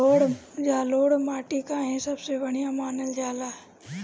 जलोड़ माटी काहे सबसे बढ़िया मानल जाला?